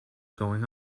going